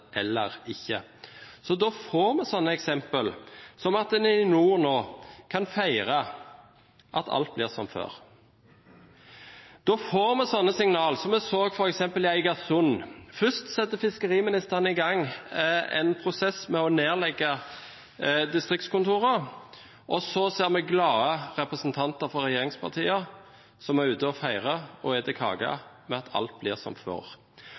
eller ikke. Da får vi slike eksempler, som at en i nord nå kan feire at alt blir som før. Da får vi slike signal, som vi så f.eks. i Egersund – først satte fiskeriministeren i gang en prosess med å nedlegge distriktskontoret, og så ser vi glade representanter fra regjeringspartiene som er ute og feirer og spiser kake fordi alt blir som før.